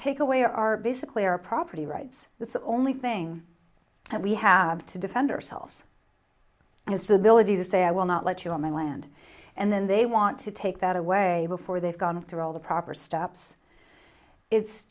take away our basically our property rights that's the only thing we have to defend ourselves his ability to say i will not let you on my land and then they want to take that away before they've gone through all the proper steps it's